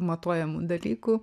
matuojamų dalykų